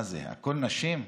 מה זה, כולן נשים.